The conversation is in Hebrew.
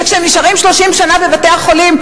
וכשנשארים 30 שנה בבתי-החולים,